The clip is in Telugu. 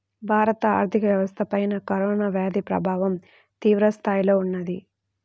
భారత ఆర్థిక వ్యవస్థపైన కరోనా వ్యాధి ప్రభావం తీవ్రస్థాయిలో ఉన్నది